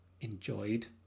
enjoyed